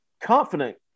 confident